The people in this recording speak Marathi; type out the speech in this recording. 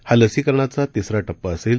हा लसीकरणाचा तिसरा टप्पा असेल